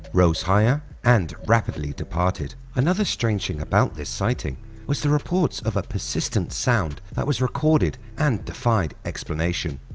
rose higher and rapidly departed. another strange thing about this sighting was the reports of a persistent sound that was recorded and defied explanation.